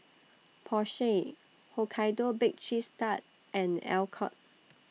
Porsche Hokkaido Baked Cheese Tart and Alcott